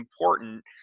important